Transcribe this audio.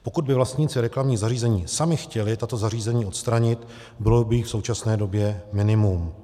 Pokud by vlastníci reklamních zařízení sami chtěli tato zařízení odstranit, bylo by jich v současné době minimum.